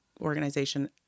organization